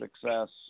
success